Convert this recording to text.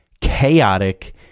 chaotic